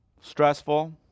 stressful